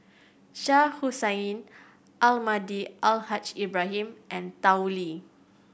Shah Hussain Almahdi Al Haj Ibrahim and Tao Li